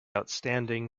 outstanding